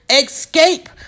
escape